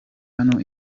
hano